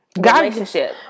relationship